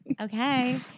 Okay